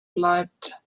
bleibt